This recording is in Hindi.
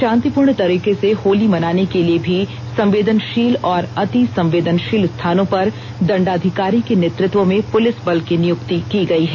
शांतिपूर्ण तरीके से होली मनाने के लिए भी संवोदनशील और अतिसंवेदनशील स्थानों पर दंडाधिकारी के नेतृत्व में पुलिस बल की नियुक्ति की गई है